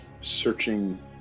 searching